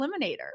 eliminator